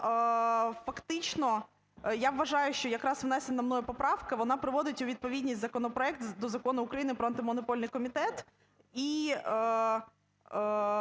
фактично, я вважаю, що якраз внесена мною поправка вона приводить у відповідність законопроект до Закону України про Антимонопольний комітет.